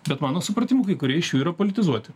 bet mano supratimu kai kurie iš jų yra politizuoti